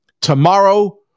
tomorrow